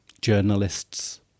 journalists